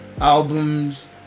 albums